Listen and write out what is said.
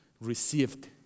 received